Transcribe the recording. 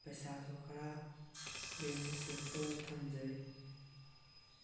ꯄꯩꯁꯥꯁꯨ ꯈꯔ ꯕꯦꯡꯗ ꯁꯦꯞ ꯇꯧꯔ ꯊꯝꯖꯔꯤ